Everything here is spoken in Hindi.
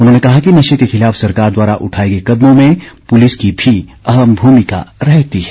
उन्होंने कहा कि नशे के ँखिलाफ सरकार द्वारा उठाए गए कदमों में पुलिस की भी अहम भूमिका रहती है